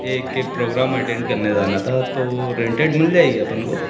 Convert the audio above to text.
एक programme attend करने जाना था तो रेंटेड मिल जाएगी अपन को